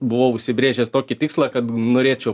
buvau užsibrėžęs tokį tikslą kad norėčiau